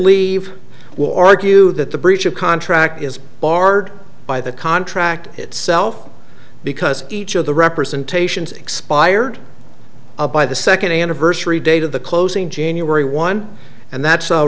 leave will argue that the breach of contract is barred by the contract itself because each of the representations expired by the second anniversary date of the closing january one and that's a